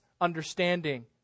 understanding